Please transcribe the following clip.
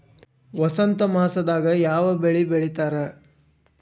ವಸಂತ ಮಾಸದಾಗ್ ಯಾವ ಬೆಳಿ ಬೆಳಿತಾರ?